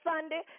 Sunday